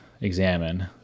examine